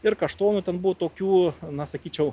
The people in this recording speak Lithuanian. ir kaštonų ten buvo tokių na sakyčiau